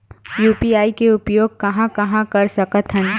UPI के उपयोग कहां कहा कर सकत हन?